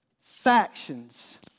factions